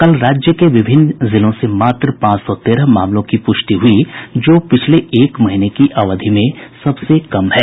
कल राज्य के विभिन्न जिलों से मात्र पांच सौ तेरह मामलों की पुष्टि हुई जो पिछले एक महीने की अवधि में सबसे कम संख्या है